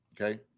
okay